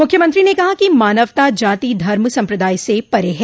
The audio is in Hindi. मुख्यमंत्री ने कहा कि मानवता जाति धर्म सम्प्रदाय से परे हैं